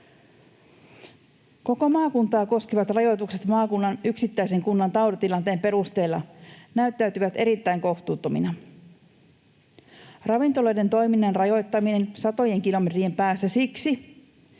Koko maakuntaa koskevat rajoitukset maakunnan yksittäisen kunnan tautitilanteen perusteella näyttäytyvät erittäin kohtuuttomina. Ravintoloiden toiminnan rajoittaminen satojen kilometrien päässä siksi,